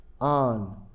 on